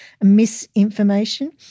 misinformation